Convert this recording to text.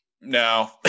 No